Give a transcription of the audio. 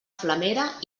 flamera